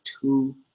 two